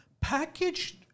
packaged